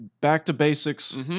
back-to-basics